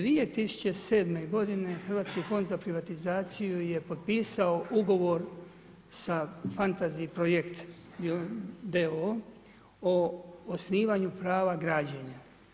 2007. godine Hrvatski fond za privatizaciju je potpisao ugovor sa Fantasy projekt d.o.o. o osnivanju prava građenja.